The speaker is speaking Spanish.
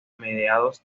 mediados